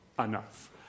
Enough